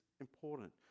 important